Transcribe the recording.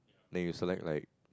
then you select like